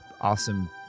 awesome